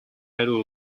хариу